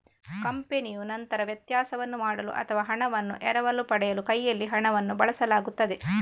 ಕಂಪನಿಯು ನಂತರ ವ್ಯತ್ಯಾಸವನ್ನು ಮಾಡಲು ಅಥವಾ ಹಣವನ್ನು ಎರವಲು ಪಡೆಯಲು ಕೈಯಲ್ಲಿ ಹಣವನ್ನು ಬಳಸಬೇಕಾಗುತ್ತದೆ